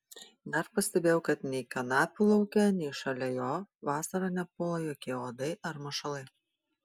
dar pastebėjau kad nei kanapių lauke nei šalia jo vasarą nepuola jokie uodai ar mašalai